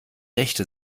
rechte